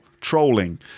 trolling